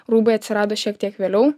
rūbai atsirado šiek tiek vėliau